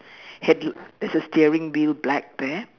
headl~ there's a steering wheel black there